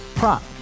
Prop